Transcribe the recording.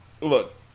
Look